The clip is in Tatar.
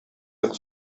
нык